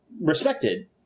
respected